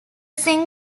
single